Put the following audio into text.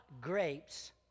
grapes